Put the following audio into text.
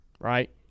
right